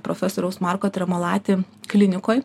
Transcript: profesoriaus marko tremolati klinikoj